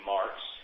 Mark's